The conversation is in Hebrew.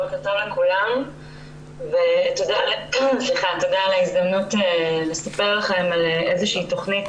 בוקר טוב לכולם ותודה על ההזדמנות לספר לכם על איזו שהיא תכנית